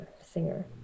singer